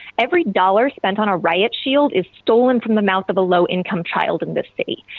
every dollar spent on a riot shield is stolen from the mouth of a low income child in the city.